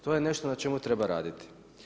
To je nešto na čemu treba raditi.